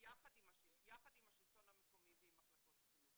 יחד עם השלטון המקומי ועם מחלקות החינוך.